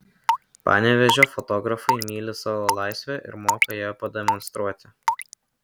panevėžio fotografai myli savo laisvę ir moka ją pademonstruoti